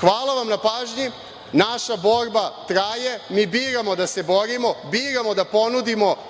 Hvala vam na pažnji. Naša borba traje. Mi biramo da se borimo, biramo da ponudimo